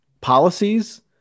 policies